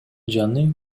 жаңы